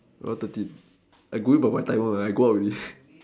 well thirteen I going by my timer uh I go out already